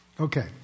Okay